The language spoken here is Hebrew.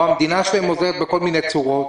שהמדינה שלהם עוזרת בכל מיני צורות.